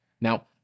Now